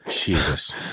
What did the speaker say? Jesus